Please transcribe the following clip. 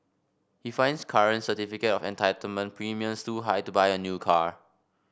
he finds current certificate of entitlement premiums too high to buy a new car